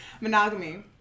Monogamy